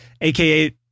aka